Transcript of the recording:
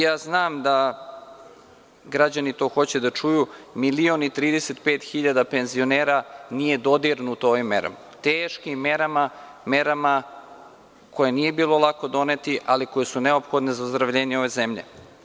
Ja znam da građani to hoće da čuju 1.035.000 penzionera nije dodirnuto ovim merama, teškim merama, merama koje nije bilo lako doneti, ali koje su neophodne za ozdravljene ove zemlje.